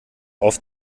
auf